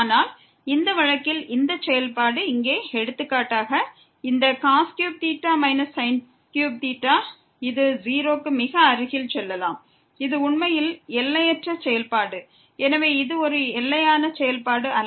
ஆனால் இந்த வழக்கில் இந்த செயல்பாடு இங்கே எடுத்துக்காட்டாக இருக்கிறது இந்த இது 0 க்கு மிக அருகில் செல்லலாம் இது உண்மையில் எல்லையற்ற செயல்பாடு எனவே இது ஒரு எல்லையான செயல்பாடு அல்ல